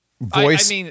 voice